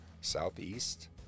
southeast